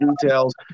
details